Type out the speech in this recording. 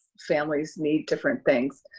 families need different things.